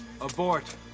Abort